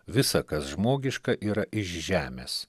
visa kas žmogiška yra iš žemės